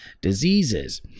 diseases